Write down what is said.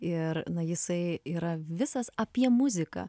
ir na jisai yra visas apie muziką